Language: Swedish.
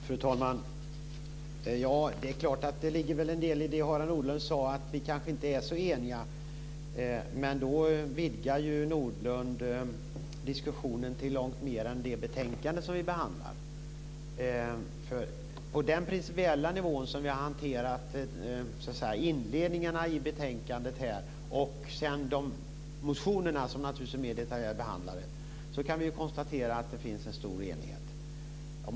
Fru talman! Det är klart att det ligger en del i det som Harald Nordlund sade om att vi kanske inte är så eniga. Men då vidgar Nordlund diskussionen långt utöver det betänkande som vi behandlar. Beträffande den principiella nivå som vi hanterat inledningarna i betänkandet på - motionerna är naturligtvis mer detaljerat behandlade - kan vi konstatera att det finns en stor enighet.